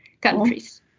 countries